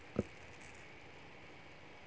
but